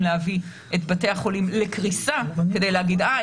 להביא את בתי החולים לקריסה כדי להגיד: אה,